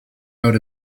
out